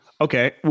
Okay